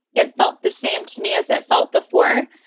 it felt the same to me as it felt before.